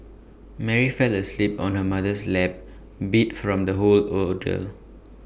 Mary fell asleep on her mother's lap beat from the whole ordeal